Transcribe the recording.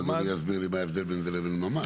אם אדוני יסביר לי מה ההבדל בין זה לבין ממ"ד.